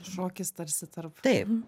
šokis tarsi taip